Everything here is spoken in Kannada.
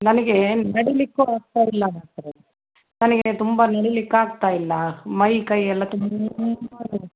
ನನಗೆ ನಡಿಲಿಕ್ಕೂ ಆಗ್ತಾ ಇಲ್ಲ ಡಾಕ್ಟ್ರೇ ನನಗೆ ತುಂಬ ನಡಿಲಿಕ್ಕಾಗ್ತಾ ಇಲ್ಲ ಮೈಕೈ ಎಲ್ಲ ತುಂಬ ನೋವು